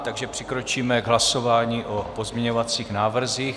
Takže přikročíme k hlasování o pozměňovacích návrzích.